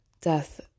Death